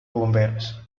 bomberos